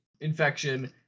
infection